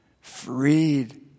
freed